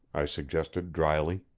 i suggested dryly.